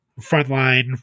frontline